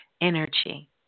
energy